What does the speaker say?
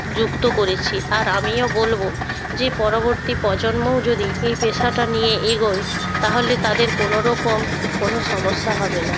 যুক্ত করেছি আর আমিও বলব যে পরবর্তী প্রজন্মও যদি এই পেশাটা নিয়ে এগোয় তাহলে তাদের কোনো রকম কোনো সমস্যা হবে না